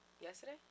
Yesterday